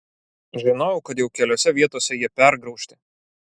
žinojau kad jau keliose vietose jie pergraužti